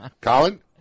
Colin